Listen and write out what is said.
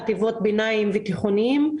חטיבות ביניים ותיכוניים.